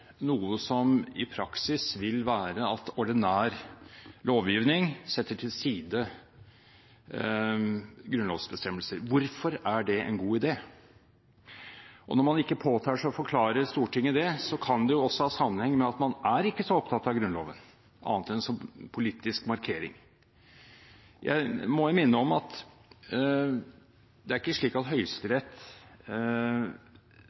noe som i praksis vil være at ordinær lovgivning setter til side grunnlovsbestemmelser. Hvorfor er det en god idé? Når man ikke påtar seg å forklare Stortinget det, kan det også ha sammenheng med at man ikke er så opptatt av Grunnloven annet enn som politisk markering. Jeg må minne om at det er ikke slik at